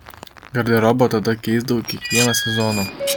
garderobą tada keisdavau kiekvieną sezoną